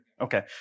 okay